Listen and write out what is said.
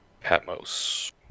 Patmos